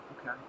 okay